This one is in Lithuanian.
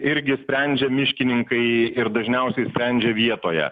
irgi sprendžia miškininkai ir dažniausiai sprendžia vietoje